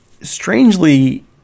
strangely